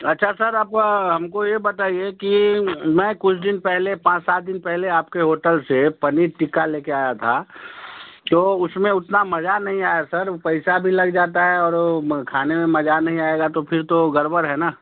अच्छा सर आप का हम को ये बताइए कि मैं कुछ दिन पहले पाँच सात दिन पहले आप के होटल से पनीर टिक्का ले के आया था तो उसमें उतना मज़ा नहीं आया सर पैसा भी लग जाता है और वो खाने में मज़ा नहीं आएगा तो फिर तो गड़बड़ है ना